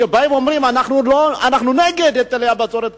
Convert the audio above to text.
שבאים ואומרים היום: אנחנו נגד היטל הבצורת,